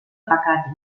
pecat